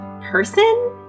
person